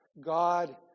God